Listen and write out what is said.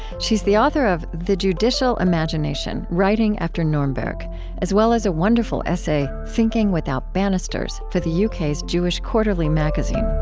she's the author of the judicial imagination writing after nuremberg as well as a wonderful essay, thinking without banisters for the u k s jewish quarterly magazine